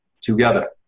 together